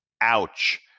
Ouch